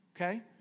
Okay